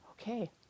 okay